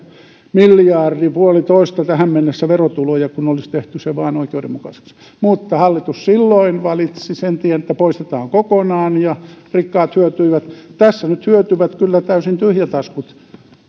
miljardi puolitoista tähän mennessä verotuloja kun vain olisi tehty se oikeudenmukaiseksi mutta hallitus silloin valitsi sen tien että poistetaan kokonaan ja rikkaat hyötyivät tässä nyt hyötyvät kyllä täysin tyhjätaskut